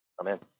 Amen